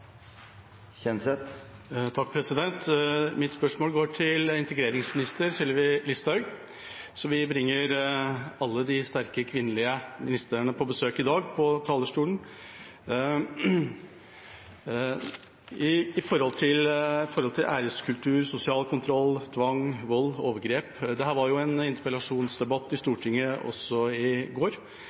Kjenseth. Mitt spørsmål går til integreringsminister Sylvi Listhaug – vi bringer alle de sterke, kvinnelige ministrene som er på besøk i dag, på talerstolen. Når det gjelder æreskultur, sosial kontroll, tvang, vold og overgrep, var det også en interpellasjonsdebatt om dette i Stortinget i går.